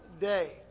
day